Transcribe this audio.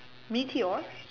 meteor